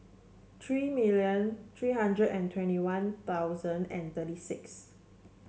three million three hundred and twenty One Thousand and thirty six